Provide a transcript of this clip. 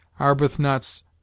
Arbuthnot's